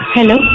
Hello